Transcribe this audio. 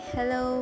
Hello